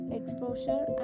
exposure